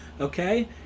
okay